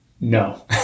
No